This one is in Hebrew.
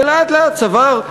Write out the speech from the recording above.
ולאט-לאט צבר,